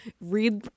read